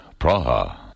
Praha